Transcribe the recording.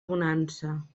bonança